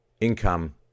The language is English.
income